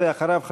ואחריו,